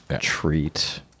treat